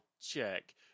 check